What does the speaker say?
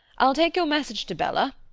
i'll take your message to bella,